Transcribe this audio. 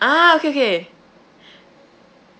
ah okay okay